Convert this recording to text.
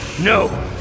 No